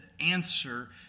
answer